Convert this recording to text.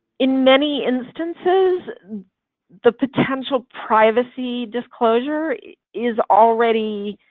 in many instances the potential privacy disclosure is already